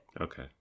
Okay